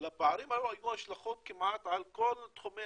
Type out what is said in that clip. לפערים הללו היו השלכות כמעט על כל תחומי